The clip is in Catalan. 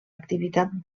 activitat